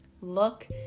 Look